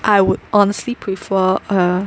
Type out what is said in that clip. I would honestly prefer err